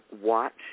watch